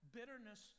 Bitterness